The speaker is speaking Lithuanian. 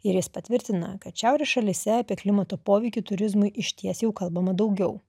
ir jis patvirtina kad šiaurės šalyse apie klimato poveikį turizmui išties jau kalbama daugiau